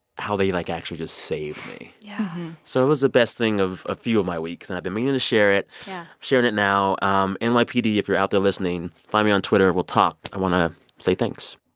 how they, like, actually just saved me yeah so it was the best thing of a few of my weeks. and i've been meaning to share it yeah i'm sharing it now. um and nypd, if you're out there listening, find me on twitter, we'll talk. i want to say thanks.